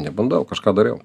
nebandau kažką dariau